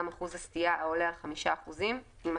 אחוז הסטיה העולה על 5 אחוזים" יימחקו.